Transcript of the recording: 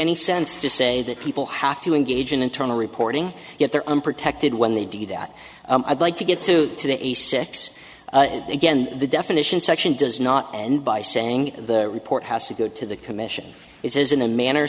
any sense to say that people have to engage in internal reporting yet they're unprotected when they do that i'd like to get to a six again the definition section does not end by saying the report has to go to the commission it says in a manner